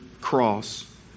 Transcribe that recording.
cross